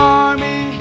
army